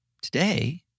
Today